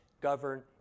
govern